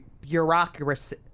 bureaucracy